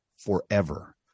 forever